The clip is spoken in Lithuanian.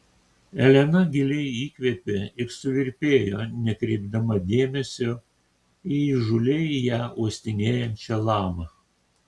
elena giliai įkvėpė ir suvirpėjo nekreipdama dėmesio į įžūliai ją uostinėjančią lamą